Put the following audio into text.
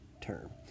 term